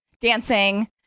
dancing